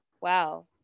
wow